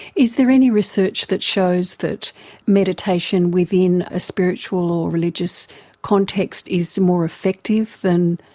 is there any research that shows that meditation within a spiritual or religious context is more effective than